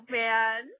man